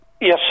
Yes